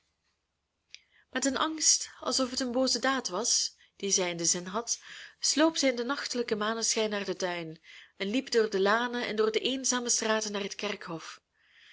met een angst alsof het een booze daad was die zij in den zin had sloop zij in den nachtelijken maneschijn naar den tuin en liep door de lanen en door de eenzame straten naar het kerkhof